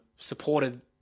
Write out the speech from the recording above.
supported